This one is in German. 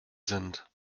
sind